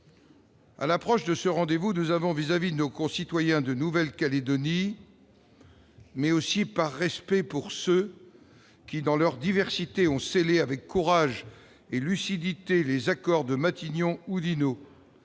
à l'approche du rendez-vous référendaire, nous avons, vis-à-vis de nos concitoyens de Nouvelle-Calédonie, mais aussi par respect pour ceux qui, dans leur diversité, ont scellé avec courage et lucidité les accords de Matignon-Oudinot,